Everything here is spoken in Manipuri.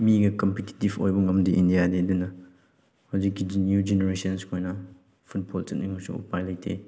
ꯃꯤꯒ ꯀꯝꯄꯤꯇꯤꯇꯤꯕ ꯑꯣꯏꯕ ꯉꯝꯗꯦ ꯏꯟꯗꯤꯌꯥꯗꯤ ꯑꯗꯨꯅ ꯍꯧꯖꯤꯛꯀꯤ ꯅ꯭ꯌꯨ ꯖꯦꯅꯔꯦꯁꯟ ꯈꯣꯏꯅ ꯐꯨꯠꯕꯣꯜ ꯆꯠꯅꯤꯡꯂꯁꯨ ꯎꯄꯥꯏ ꯂꯩꯇꯦ